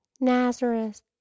Nazareth